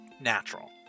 natural